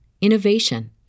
innovation